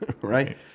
right